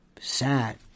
sad